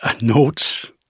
Notes